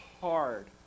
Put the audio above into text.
hard